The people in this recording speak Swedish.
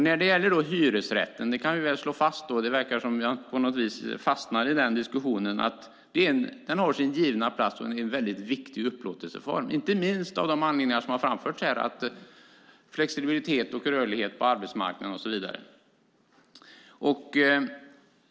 När det gäller hyresrätten kan vi slå fast - det verkar som om vi fastnar i den diskussionen - att den har sin givna plats, och det är en mycket viktig upplåtelseform, inte minst av de anledningar som har framförts här och som handlar om flexibilitet och rörlighet på arbetsmarknaden och så vidare.